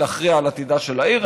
להכריע על עתידה של העיר,